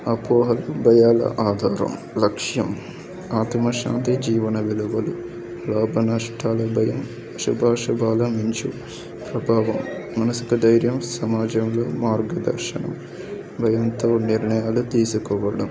అపోహలు భయాల ఆధారం లక్ష్యం ఆత్మశాంతి జీవన విలువలు లాభ నష్టాల భయం శుభా శుభాల మించు ప్రభావం మనసుకు ధైర్యం సమాజంలో మార్గదర్శనం భయంతో నిర్ణయాలు తీసుకోవడం